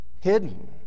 hidden